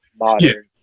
modern